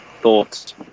thoughts